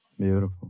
Beautiful